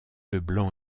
leblanc